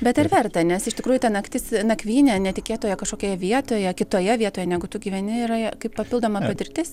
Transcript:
bet ar verta nes iš tikrųjų ta naktis nakvynė netikėtoje kažkokioje vietoje kitoje vietoje negu tu gyveni yra kaip papildoma patirtis